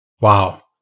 Wow